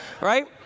Right